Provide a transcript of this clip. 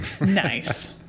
Nice